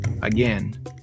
again